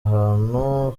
ahantu